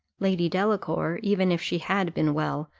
lady delacour, even if she had been well,